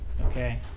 okay